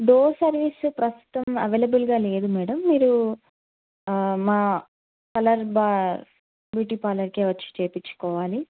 door service ప్రస్తుతం అవైలబుల్గా లేదు మేడం మీరు మా కలర్స్ బా బ్యూటీ పార్లర్కే వచ్చి చేయించుకోవాలి